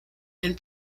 and